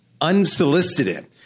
unsolicited